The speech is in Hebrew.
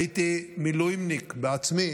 הייתי מילואימניק בעצמי